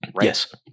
Yes